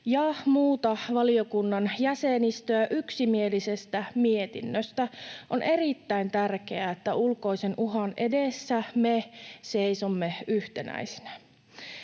ja muuta valiokunnan jäsenistöä yksimielisestä mietinnöstä. On erittäin tärkeää, että ulkoisen uhan edessä me seisomme yhtenäisinä.